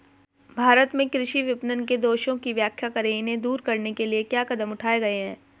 भारत में कृषि विपणन के दोषों की व्याख्या करें इन्हें दूर करने के लिए क्या कदम उठाए गए हैं?